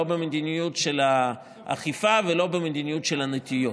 לא במדיניות של האכיפה ולא במדיניות של הנטיעות.